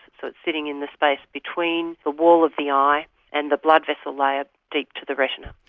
so it's sitting in the space between the wall of the eye and the blood vessel layer deep to the retina.